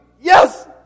yes